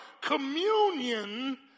communion